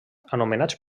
anomenats